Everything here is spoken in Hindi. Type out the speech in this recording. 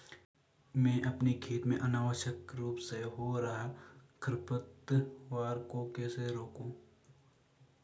मैं अपने खेत में अनावश्यक रूप से हो रहे खरपतवार को कैसे रोकूं?